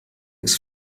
ist